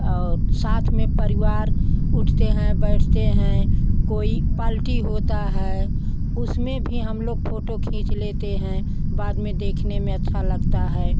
और साथ में परिवार उठते हैं बैठते हैं कोई पाल्टी होता है उसमें भी हम लोग फोटो खींच लेते हैं बाद में देखने में अच्छा लगता है